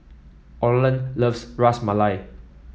Orland loves Ras Malai